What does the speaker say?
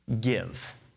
give